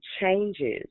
changes